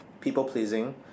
people-pleasing